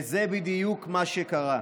וזה בדיוק מה שקרה: